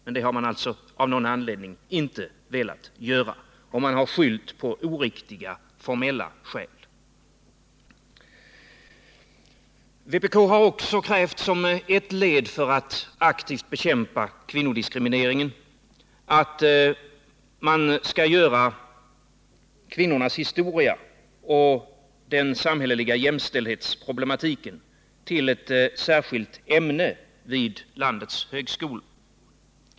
Men det har utskottet alltså av någon anledning inte velat göra, och man har skyllt på Vpk har också krävt, som ett led för att aktivt bekämpa kvinnodiskrimineringen, att man skall göra kvinnornas historia och den samhälleliga jämställdhetsproblematiken till ett särskilt ämne vid landets högskolor.